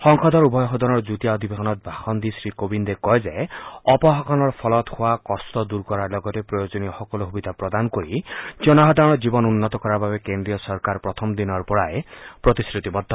সংসদৰ উভয় সদনৰ যুটীয়া অধিৱেশনত ভাষণ দি শ্ৰীকোবিন্দে কয় যে অপশাসনৰ ফলত হোৱা কষ্ট দূৰ কৰাৰ লগতে প্ৰয়োজনীয় সকলো সুবিধা প্ৰদান কৰি জনসাধাৰণৰ জীৱন উন্নত কৰাৰ বাবে কেন্দ্ৰীয় চৰকাৰ প্ৰথম দিনাৰ পৰাই প্ৰতিশ্ৰতিবদ্ধ